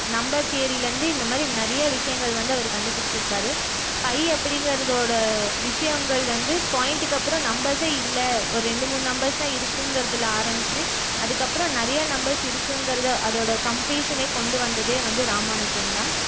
number தியரிலேருந்து இந்த மாதிரி நிறையா விஷயங்கள் அவர் கண்டுபிடிச்சிருக்காரு பை அப்படிங்குறதோட விஷயங்கள் வந்து பாயிண்ட்டுக்கு அப்புறம் நம்பர்ஸே இல்லை ஒரு ரெண்டு மூணு நம்பர்ஸ் தான் இருக்குங்கிறதுல ஆரமித்து அதுக்கப்புறம் நிறைய நம்பர்ஸ் இருக்குங்கிறது அதோட கம்ப்ளீஷனே கொண்டு வந்ததே வந்து ராமானுஜம் தான்